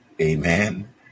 Amen